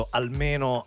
almeno